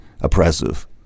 oppressive